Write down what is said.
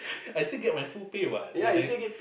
I still get my full pay what when I